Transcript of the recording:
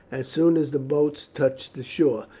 as soon as the boats touched the shore,